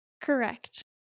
Correct